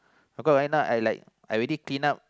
how come right now I like I already clean up